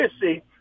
see